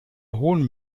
hohen